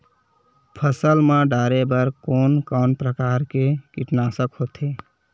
फसल मा डारेबर कोन कौन प्रकार के कीटनाशक होथे?